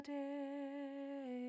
day